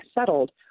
settled